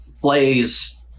plays